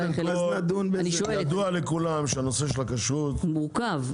ידוע לכולם שהנושא של הכשרות --- הוא מורכב.